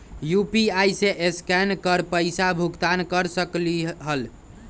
UPI से scan कर पईसा भुगतान कर सकलीहल?